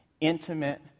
intimate